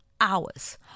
hours